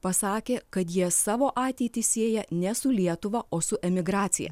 pasakė kad jie savo ateitį sieja ne su lietuva o su emigracija